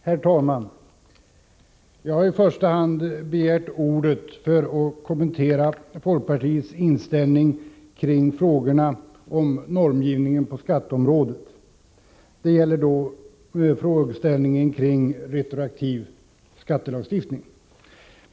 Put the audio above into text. Herr talman! Jag har begärt ordet i första hand för att kommentera folkpartiets inställning i frågan om normgivningen på skatteområdet, speciellt i vad avser retroaktiv skattelagstiftning.